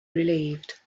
relieved